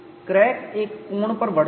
crack एक कोण पर बढ़ता है